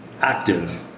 active